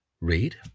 read